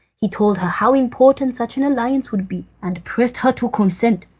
he told her how important such an alliance would be, and pressed her to consent.